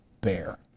bear